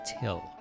Till